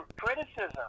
criticism